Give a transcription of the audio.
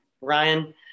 Ryan